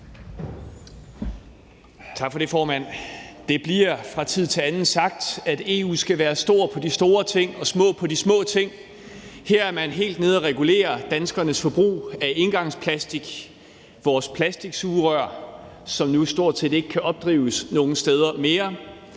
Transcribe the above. Tak for det, formand. Det bliver fra tid til anden sagt, at EU skal være stor på de store ting og små på de små ting. Her er man helt nede at regulere danskernes forbrug af engangsplastik, vores plastiksugerør, som til stor irritation for alle os, der nyder